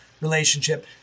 relationship